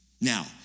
Now